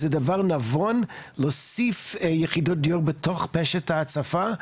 זה דבר נבון להוסיף יחידות דיור בתוך פשט ההצפה.